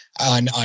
on